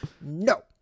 no